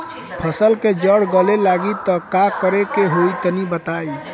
फसल के जड़ गले लागि त का करेके होई तनि बताई?